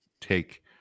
take